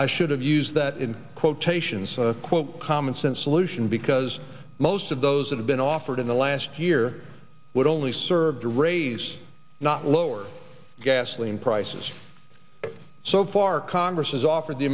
i should have used that in quotations quote commonsense solutions because most of those that have been offered in the last year would only serve to raise not lower gasoline prices so far congress has offered the